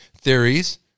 theories